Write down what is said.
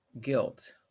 guilt